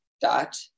dot